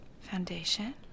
foundation